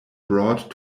brought